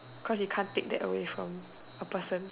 cause you can't take that away from a person